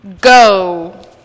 go